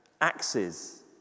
axes